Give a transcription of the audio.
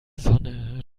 sonne